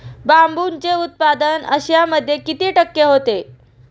बांबूचे उत्पादन आशियामध्ये किती टक्के होते?